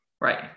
Right